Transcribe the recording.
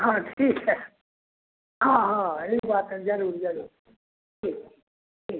हँ ठीक छै हँ हँ ई बात है जरूर जरूर ठीक ठीक